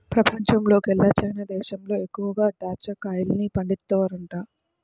పెపంచంలోకెల్లా చైనా దేశంలో ఎక్కువగా దాచ్చా కాయల్ని పండిత్తన్నారంట